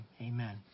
amen